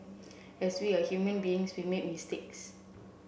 as we are human beings we make mistakes